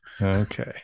Okay